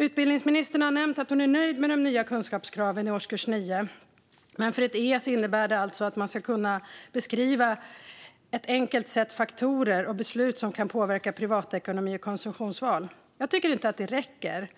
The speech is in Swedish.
Utbildningsministern har nämnt att hon är nöjd med de nya kunskapskraven i årskurs 9. För ett E innebär de att man på ett enkelt sätt ska kunna beskriva faktorer och beslut som kan påverka privatekonomi och konsumtionsval. Jag tycker inte att det räcker.